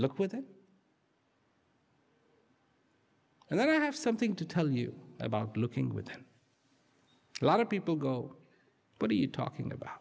look within and then i have something to tell you about looking with a lot of people go what are you talking about